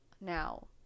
now